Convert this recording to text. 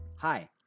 Hi